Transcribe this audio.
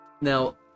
Now